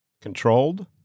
Controlled